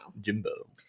Jimbo